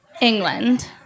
England